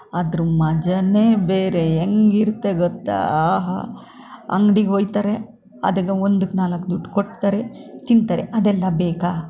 ಅದ್ರ ಮಜವೇ ಬೇರೆ ಹೆಂಗಿರುತ್ತೆ ಗೊತ್ತಾ ಆಹಾ ಅಂಗ್ಡಿಗೆ ಹೋಗ್ತಾರೆ ಅದಕ್ಕೆ ಒಂದಕ್ಕೆ ನಾಲ್ಕು ದುಡ್ಡು ಕೊಡ್ತಾರೆ ತಿಂತಾರೆ ಅದೆಲ್ಲ ಬೇಕಾ